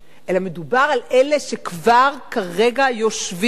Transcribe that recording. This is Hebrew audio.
אלא מדובר על אלה שכבר כרגע יושבים,